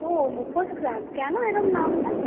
ও মুখোশ গ্রাম কেন এ রকম নামটা